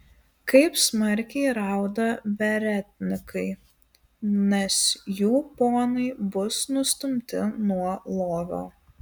kaip smarkiai rauda beretnikai nes jų ponai bus nustumti nuo lovio